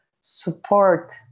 support